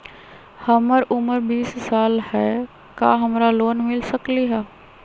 हमर उमर बीस साल हाय का हमरा लोन मिल सकली ह?